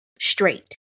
straight